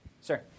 Sir